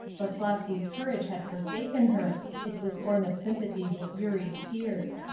but flossy's courage had forsaken her it was born of sympathy with eurie's tears.